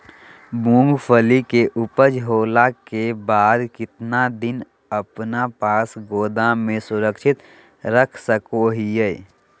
मूंगफली के ऊपज होला के बाद कितना दिन अपना पास गोदाम में सुरक्षित रख सको हीयय?